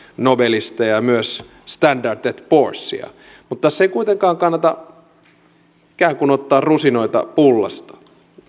nobelisteja ja myös standard poorsia mutta tässä ei kuitenkaan kannata ikään kuin ottaa rusinoita pullasta